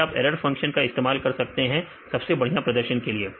फिर आप error function का इस्तेमाल कर सकते हैं सबसे बढ़िया प्रदर्शन के लिए